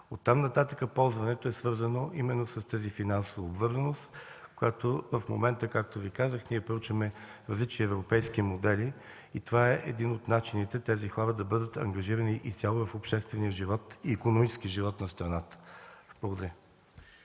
От там нататък ползването е свързано именно с тази финансова обвързаност. В момента, както Ви казах, ние проучваме различни европейски модели. Това е един от начините тези хора да бъдат ангажирани изцяло в обществения и икономическия живот на страната. Благодаря.